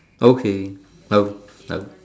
okay